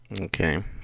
Okay